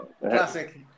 Classic